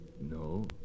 no